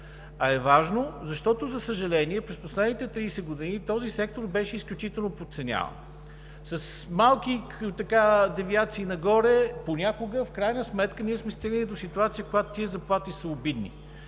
А е важно, защото, за съжаление, през последните 30 години този сектор беше изключително подценяван – с малки девиации нагоре понякога, в крайна сметка ние сме стигали до ситуация, когато тези заплати са обидни.